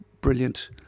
brilliant